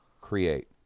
Create